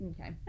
Okay